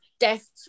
Death